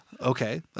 Okay